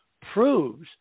proves